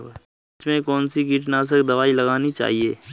मिर्च में कौन सी कीटनाशक दबाई लगानी चाहिए?